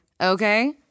okay